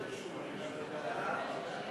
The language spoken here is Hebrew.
עשר דקות.